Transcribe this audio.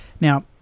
Now